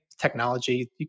technology